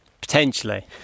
Potentially